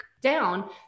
down